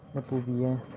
ꯗ ꯄꯨꯕꯤꯌꯦ